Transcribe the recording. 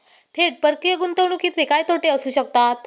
थेट परकीय गुंतवणुकीचे काय तोटे असू शकतात?